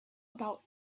about